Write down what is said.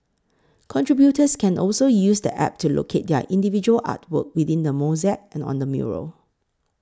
contributors can also use the App to locate their individual artwork within the mosaic and on the mural